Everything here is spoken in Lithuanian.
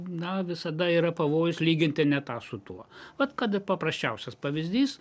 na visada yra pavojus lyginti ne tą su tuo vat kad paprasčiausias pavyzdys